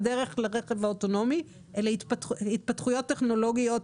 בפניי אבל בדקתם שאין צורך בהתאמות?